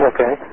Okay